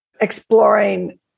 exploring